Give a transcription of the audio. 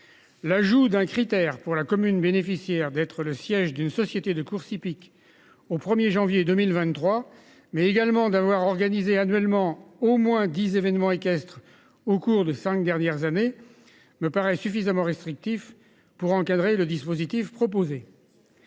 L'ajout d'un critère pour la commune, bénéficiaire d'être le siège d'une société de courses hippiques au 1er janvier 2023 mais également d'avoir organisé annuellement au moins 10 événements équestres au cours des 5 dernières années. Me paraît suffisamment restrictif pour encadrer le dispositif proposé.